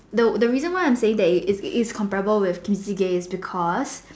the reason why I'm saying that it's comparable with is because